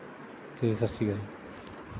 ਅਤੇ ਸਤਿ ਸ਼੍ਰੀ ਅਕਾਲ ਜੀ